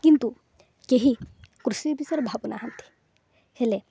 କିନ୍ତୁ କେହି କୃଷି ବିଷୟରେ ଭାବୁନାହାନ୍ତି ହେଲେ